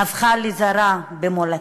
הפכה לזרה במולדתי,